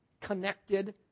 connected